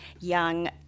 young